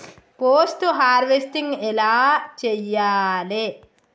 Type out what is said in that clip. Post harvesting ఎలా చెయ్యాలే?